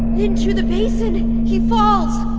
into the basin he falls,